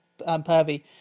pervy